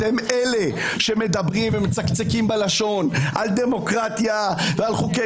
אתם אלה שמדברים ומצקצקים בלשון על דמוקרטיה ועל חוקי